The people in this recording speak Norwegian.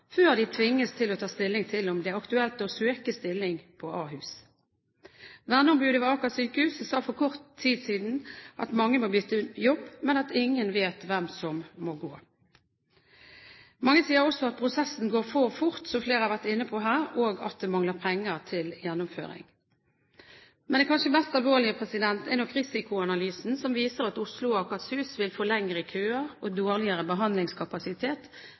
før de tvinges til å ta stilling til om det er aktuelt å søke stilling på Ahus. Verneombudet ved Aker sykehus sa for kort tid siden at mange må bytte jobb, men at ingen vet hvem som må gå. Mange sier også at prosessen går for fort, som flere har vært inne på her, og at det mangler penger til gjennomføring. Det kanskje mest alvorlige er nok risikoanalysen som viser at Oslo og Akershus vil få lengre køer og dårligere behandlingskapasitet